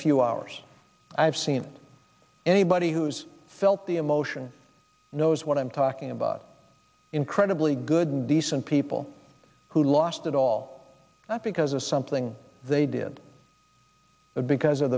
few hours i've seen anybody who's felt the emotion knows what i'm talking about incredibly good and decent people who lost it all because of something they did because of